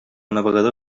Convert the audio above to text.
navegador